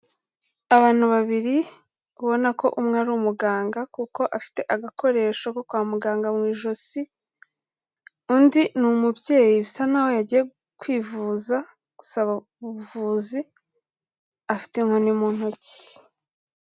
Abantu babiri ubona ko umwe ari umuganga kuko afite agakoresho ko kwa muganga mu ijosi, undi ni umubyeyi bisa naho yagiye kwivuza, gusaba ubuvuzi, afite inkoni mu ntoki.